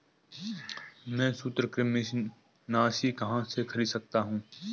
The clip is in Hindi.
मैं सूत्रकृमिनाशी कहाँ से खरीद सकता हूँ?